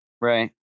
right